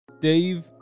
dave